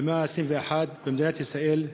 במאה ה-21, במדינת ישראל,